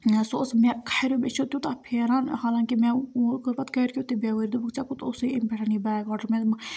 نہ سُہ اوس مےٚ کھریو مےٚ چھِ تیوٗتاہ پھیران حالانکہِ مےٚ کٔر پَتہٕ گَرِکیو تہِ بٮ۪وٲرۍ دوٚپُکھ ژےٚ کوٚت اوسُے اَمہِ پٮ۪ٹھ یہِ بیگ آڈَر مےٚ دوٚپمَکھ